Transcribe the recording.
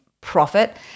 profit